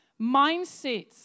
mindsets